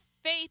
faith